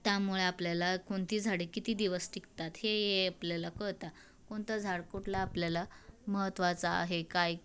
त्यामुळे आपल्याला कोणती झाडे किती दिवस टिकतात हे हे आपल्याला कळत कोणतं झाड कुठलं आपल्याला महत्त्वाचं आहे काय